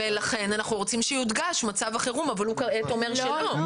ולכן אנחנו רוצים שיודגש מצב החירום אבל הוא אומר שלא.